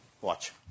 Watch